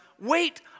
wait